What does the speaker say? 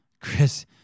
Chris